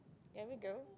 there we go